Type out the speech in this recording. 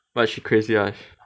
but she crazy [one]